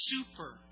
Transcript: Super